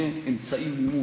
יהיה אמצעי מימון